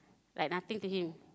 like nothing to him